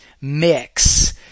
mix